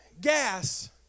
gas